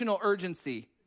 urgency